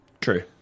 True